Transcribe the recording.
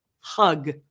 hug